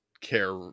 care